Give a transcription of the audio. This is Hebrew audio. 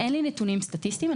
אין לי נתונים סטטיסטיים.